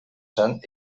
zen